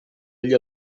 agli